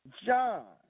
John